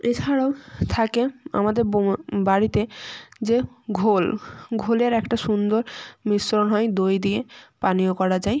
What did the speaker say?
এছাড়াও থাকে আমাদের বোমা বাড়িতে যে ঘোল ঘোলের একটা সুন্দর মিশ্রণ হয় দই দিয়ে পানীয় করা যাই